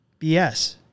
BS